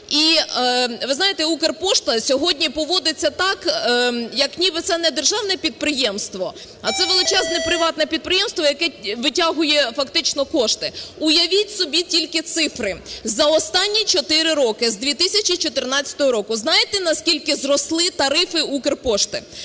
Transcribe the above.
І, ви знаєте, "Укрпошта" сьогодні поводиться так, як ніби це не державне підприємство, а це величезне приватне підприємство, яке витягує фактично кошти. Уявіть собі тільки цифри, за останні чотири роки з 2014 року, знаєте, на скільки зросли тарифи "Укрпошти",